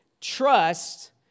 trust